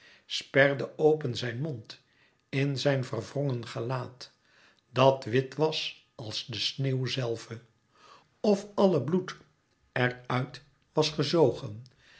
sperde open zijn mond in zijn verwrongen gelaat dat wit was als de sneeuw zelve of alle bloed er uit was gezogen